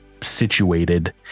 situated